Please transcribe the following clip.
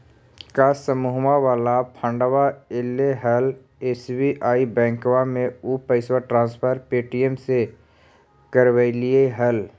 का समुहवा वाला फंडवा ऐले हल एस.बी.आई बैंकवा मे ऊ पैसवा ट्रांसफर पे.टी.एम से करवैलीऐ हल?